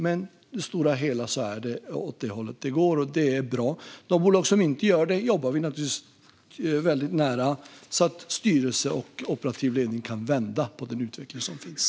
Men på det stora hela är det åt det hållet det går, och det är bra. De bolag som inte gör det jobbar vi med väldigt nära så att styrelse och operativ ledning kan vända på den utveckling som finns.